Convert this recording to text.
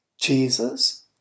Jesus